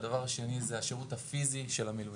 והנקודה השנייה היא השרות הפיזי של המילואים.